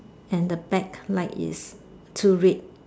and the backlight is two red